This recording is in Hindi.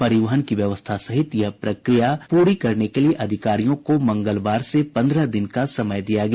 परिवहन की व्यवस्था सहित यह प्रक्रिया पूरी करने के लिए अधिकारियों को मंगलवार से पन्द्रह दिन का समय दिया गया